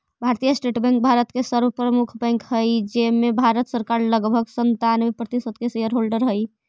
भारतीय state bank भारत के सर्व प्रमुख बैंक हइ जेमें भारत सरकार लगभग सन्तानबे प्रतिशत के शेयर होल्डर हइ